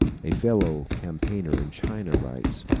a fellow campaigner in china writes